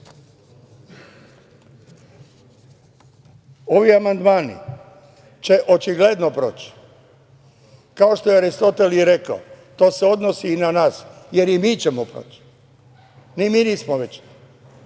…Ovi amandmani će očigledno proći, kao što je Aristotel i rekao, to se odnosi i na nas, jer i mi ćemo proći, ni mi nismo večni.